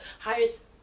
highest